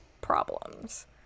problems